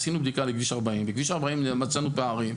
עשינו בדיקה לכביש 40. בכביש 40 מצאנו פערים.